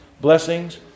Blessings